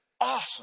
awesome